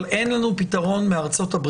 אבל אין לנו פתרון מארצות-הברית.